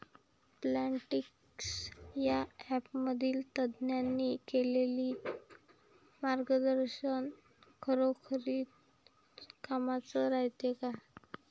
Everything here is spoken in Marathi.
प्लॉन्टीक्स या ॲपमधील तज्ज्ञांनी केलेली मार्गदर्शन खरोखरीच कामाचं रायते का?